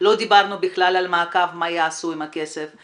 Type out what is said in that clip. לא דיברנו על מעקב מה יעשו עם הכסף,